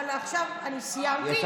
אבל עכשיו אני סיימתי.